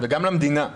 וגם למדינה.